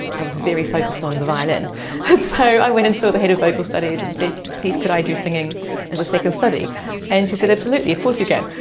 i was very focused on the violin. and so, i went and saw so the head of vocal studies and said, please could i do singing as a second study and she said, absolutely, of course you can.